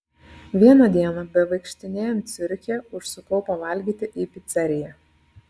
vieną dieną bevaikštinėjant ciuriche užsukau pavalgyti į piceriją